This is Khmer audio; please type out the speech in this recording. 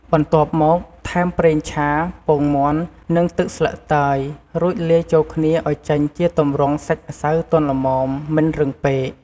បន្ទាប់មកថែមប្រេងឆា ពងមាន់ និងទឹកស្លឹកតើយ រួចលាយចូលគ្នាឱ្យចេញជាទម្រង់សាច់ម្សៅទន់ល្មម មិនរឹងពេក។